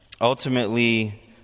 ultimately